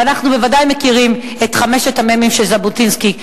ואנחנו בוודאי מכירים את חמשת המ"מים של ז'בוטינסקי,